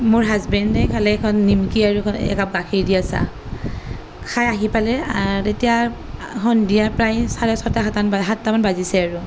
মোৰ হাজবেণ্ডে খালে এখন নিমকী আৰু একাপ গাখীৰ দিয়া চাহ খায় আহি পালে তেতিয়া সন্ধিয়া প্ৰায় চাৰে ছটা সাতটামান বাজিছে আৰু